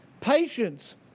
Patience